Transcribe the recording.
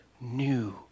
new